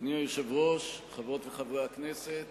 אדוני היושב-ראש, חברות וחברי הכנסת,